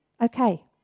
Okay